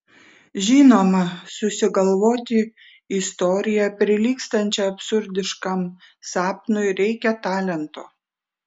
žinoma susigalvoti istoriją prilygstančią absurdiškam sapnui reikia talento